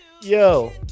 yo